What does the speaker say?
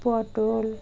পটল